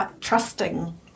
Trusting